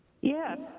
Yes